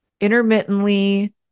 intermittently